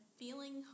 feeling